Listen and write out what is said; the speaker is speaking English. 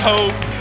Hope